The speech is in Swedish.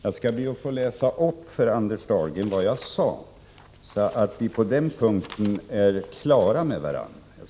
Jag skall be att få läsa upp för Anders Dahlgren vad jag sade, så att vi på den punkten är klara med varandra.